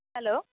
hello